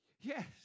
yes